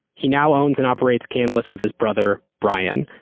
he now owns and operates canlis with his brother brian.